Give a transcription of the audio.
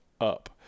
up